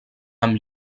amb